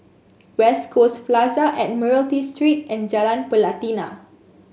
West Coast Plaza Admiralty Street and Jalan Pelatina